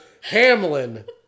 Hamlin